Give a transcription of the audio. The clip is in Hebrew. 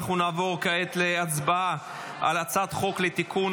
אנחנו נעבור כעת להצבעה על הצעת חוק לתיקון